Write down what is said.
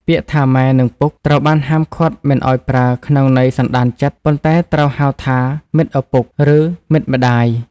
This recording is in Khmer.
ពាក្យថា «ម៉ែ» និង «ពុក» ត្រូវបានហាមឃាត់មិនឱ្យប្រើក្នុងន័យសន្តានចិត្ត ប៉ុន្តែត្រូវហៅថា «មិត្តឪពុក» ឬ «មិត្តម្ដាយ»។